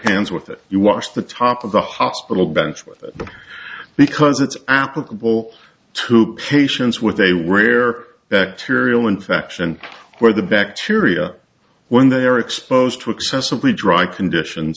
hands with it you wash the top of the hospital bench with because it's applicable to patients with they were rare bacterial infection where the bacteria when they're exposed to excessively dry conditions